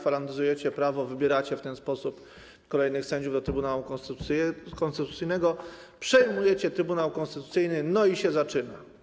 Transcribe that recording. Falandyzujecie prawo, wybieracie w ten sposób kolejnych sędziów do Trybunału Konstytucyjnego, przejmujecie Trybunał Konstytucyjny, no i się zaczyna.